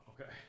Okay